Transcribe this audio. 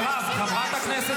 אני חוזר בחזרה